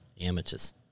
Amateurs